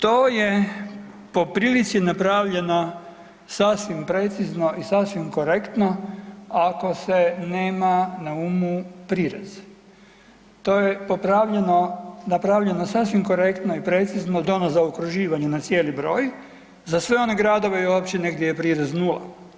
To je po prilici napravljeno sasvim precizno i sasvim korektno ako se nema na umu prirez, to je napravljeno sasvim korektno i precizno da ono zaokruživanje na cijeli broj za sve one gradove i općine gdje je prirez nula.